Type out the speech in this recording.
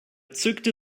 zückte